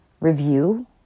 review